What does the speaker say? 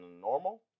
normal